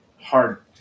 hard